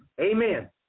Amen